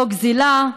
לא גזילה,